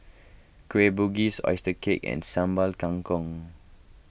Kueh Bugis Oyster Cake and Sambal Kangkong